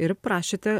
ir prašėte